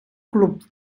club